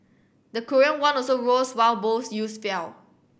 the Korean won also rose while both yields fell